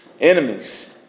Enemies